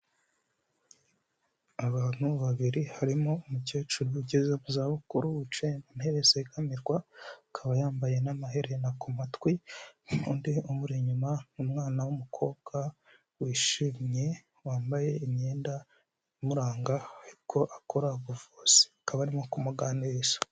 Abantu babiri harimo umukecuru ugeze mu zabukuru wicaye mu ntebe zegamirwa, akaba yambaye n'amaherena ku matwi n'undi umuri inyuma, umwana w'umukobwa wishimye, wambaye imyenda imuranga ko akora ubuvuzi. Akaba arimo kumuganiriza.